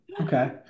Okay